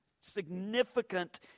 significant